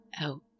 out